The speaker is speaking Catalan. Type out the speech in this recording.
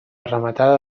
rematada